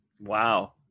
Wow